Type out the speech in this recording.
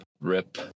Rip